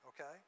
Okay